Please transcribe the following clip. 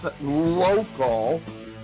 local